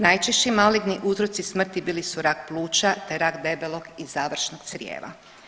Najčešći maligni uzroci smrti bili su rak pluća, te rak debelog i završnog crijeva.